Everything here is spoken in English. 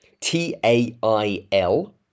T-A-I-L